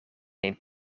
een